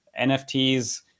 NFTs